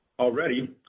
Already